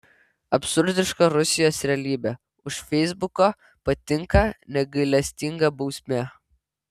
absurdiška rusijos realybė už feisbuko patinka negailestinga bausmė